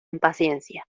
impaciencia